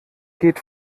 geht